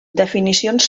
definicions